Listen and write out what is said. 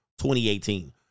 2018